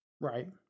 Right